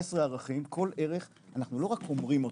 18 ערכים, כל ערך אנחנו לא רק אומרים אותו,